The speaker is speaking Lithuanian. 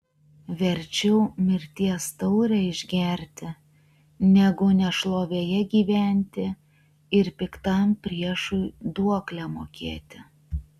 verčiau mirties taurę išgerti negu nešlovėje gyventi ir piktam priešui duoklę mokėti